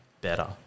better